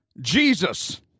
Jesus